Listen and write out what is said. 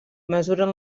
mesuren